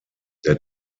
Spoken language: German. der